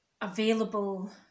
available